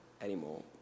anymore